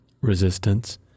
resistance